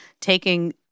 taking